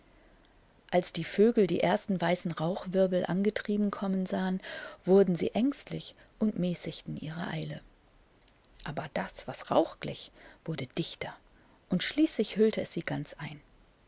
als die vögel die ersten weißen rauchwirbel angetrieben kommen sahen wurden sie ängstlich und mäßigten ihre eile aber das was rauch glich wurde dichter und schließlich hüllte es sie ganz ein